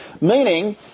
Meaning